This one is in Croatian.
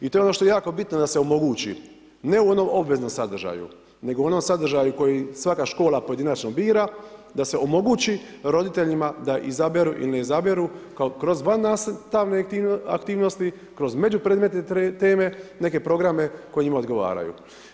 I to je ono što je jako bitno da se omogući ne u onom obveznom sadržaju, nego u onom sadržaju koji svaka škola pojedinačno bira, da se omogući roditeljima da izaberu ili ne izaberu kroz vannastavne aktivnosti, kroz među predmetne teme neke programe koji njima odgovaraju.